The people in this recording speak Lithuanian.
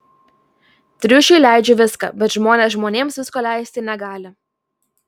triušiui leidžiu viską bet žmonės žmonėms visko leisti negali